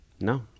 No